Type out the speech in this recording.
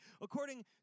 According